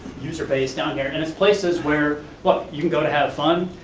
user pays down here, and it's places where, look, you can go to have fun,